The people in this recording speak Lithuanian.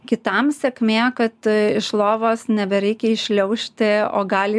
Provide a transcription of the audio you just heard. kitam sėkmė kad iš lovos nebereikia iššliaužti o gali